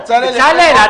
בצלאל,